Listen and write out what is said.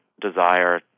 desire